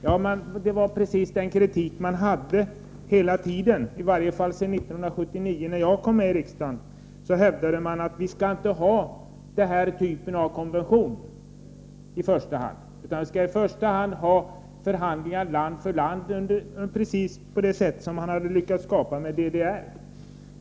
Ja, det var precis den kritiken man förde fram hela tiden, i varje fall sedan 1979 när jag kom med i riksdagen. Man hävdade att vi inte i första hand skulle ha konventionen utan i stället förhandlingar land för land, precis på det sätt som man hade lyckats skapa med DDR.